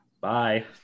bye